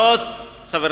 תחליף את העולם.